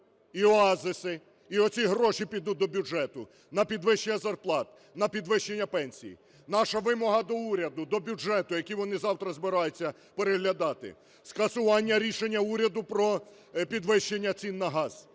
і оазиси і оці гроші підуть до бюджету на підвищення зарплат, на підвищення пенсій. Наша вимога до уряду, до бюджету, який вони завтра збираються переглядати – скасування рішення уряду про підвищення цін на газ